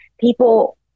people